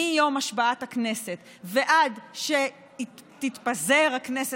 מיום השבעת הכנסת ועד שתתפזר הכנסת